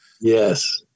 Yes